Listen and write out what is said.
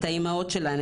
את האימהות שלהן,